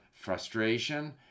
frustration